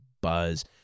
buzz